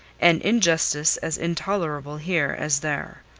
and injustice as intolerable here as there.